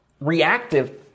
reactive